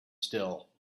still